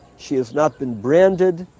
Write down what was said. she has not been branded,